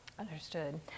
Understood